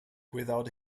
without